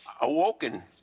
awoken